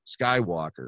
Skywalker